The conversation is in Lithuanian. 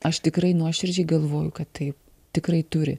aš tikrai nuoširdžiai galvoju kad taip tikrai turi